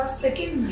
second